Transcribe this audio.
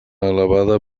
elevada